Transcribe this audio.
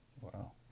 Wow